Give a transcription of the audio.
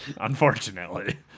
unfortunately